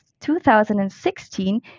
2016